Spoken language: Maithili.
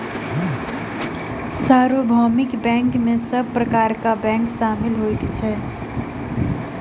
सार्वभौमिक बैंक में सब प्रकार के बैंक शामिल होइत अछि